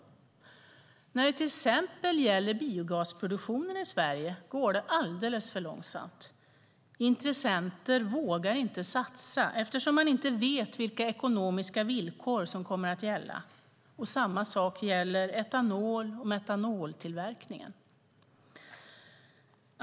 När det till exempel gäller biogasproduktionen i Sverige går det alldeles för långsamt. Intressenter vågar inte satsa eftersom man inte vet vilka ekonomiska villkor som kommer att gälla, och samma sak gäller etanol och metanoltillverkningen.